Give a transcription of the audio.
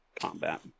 combat